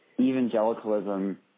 evangelicalism